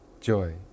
joy